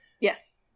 Yes